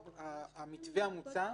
המתווה המוצע,